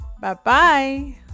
Bye-bye